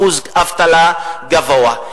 מאחוז אבטלה גבוה.